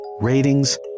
ratings